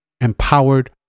empowered